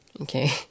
Okay